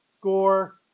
gore